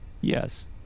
Yes